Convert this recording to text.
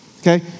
okay